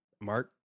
Mark